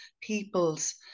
people's